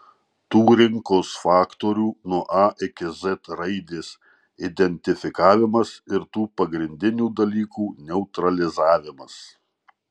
tų rinkos faktorių nuo a iki z raidės identifikavimas ir tų pagrindinių dalykų neutralizavimas